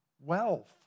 wealth